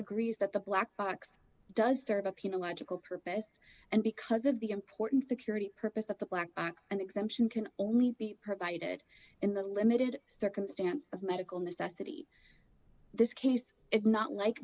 agrees that the black box does serve a penal logical purpose and because of the important security purpose that the black act and exemption can only be provided in the limited circumstance of medical necessity this case is not like